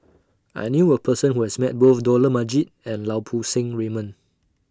I knew A Person Who has Met Both Dollah Majid and Lau Poo Seng Raymond